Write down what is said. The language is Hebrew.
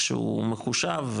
כשהוא מחושב,